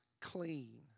clean